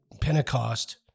pentecost